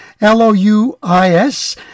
L-O-U-I-S